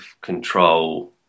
control